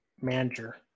manager